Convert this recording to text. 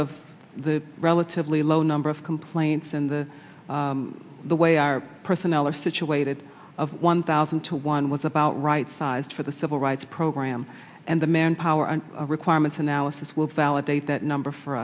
of the relatively low number of complaints and the the way our personnel are situated of one thousand to one was about right sized for the civil rights program and the manpower and requirements analysis will validate that number for